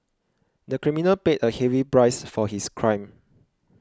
the criminal paid a heavy price for his crime